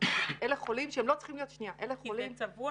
זה צבוע?